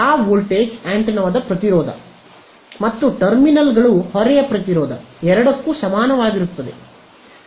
ಆ ವೋಲ್ಟೇಜ್ ಆಂಟೆನಾದ ಪ್ರತಿರೋಧ ಮತ್ತು ಟರ್ಮಿನಲ್ಗಳು ಹೊರೆಯ ಪ್ರತಿರೋಧ ಎರಡಕ್ಕೂ ಸಮಾನವಾಗಿರುತ್ತದೆ